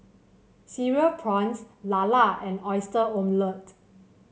Cereal Prawns lala and Oyster Omelette